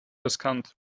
riskant